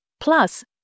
plus